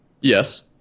Yes